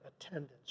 attendance